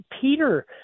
Peter